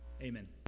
Amen